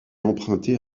emprunté